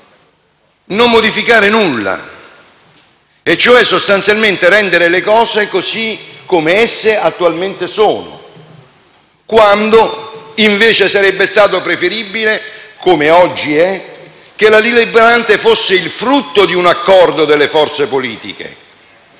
non modificare nulla, e cioè rendere le cose così come esse attualmente sono; quando invece sarebbe stato preferibile, come oggi è, che la sede deliberante fosse il frutto di un accordo delle forze politiche.